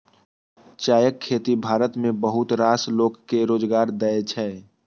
चायक खेती भारत मे बहुत रास लोक कें रोजगार दै छै